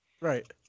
Right